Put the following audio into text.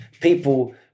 people